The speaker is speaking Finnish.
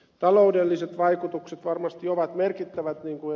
taloudelliset vaikutukset varmasti ovat merkittävät mihin ed